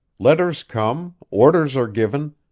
letters come, orders are given,